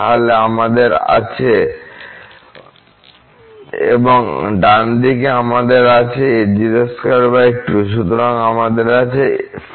তাহলে আমাদের আছেএবং ডানদিকে আমাদের আছে a022 সুতরাং আমাদের আছে 42